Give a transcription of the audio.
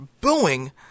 booing